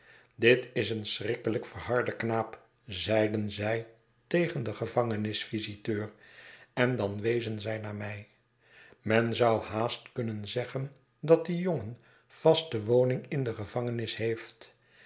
dit is een schrikkelijk verharde knaap zeiden zij tegen den gevangenis visiteur en dan wezen zij naar mij men zou haast kunnen zeggen dat die jongen vaste woning in de gevangenis heeft